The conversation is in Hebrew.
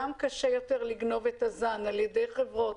גם קשה יותר לגנוב את הזן על ידי חברות